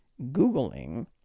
Googling